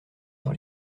sur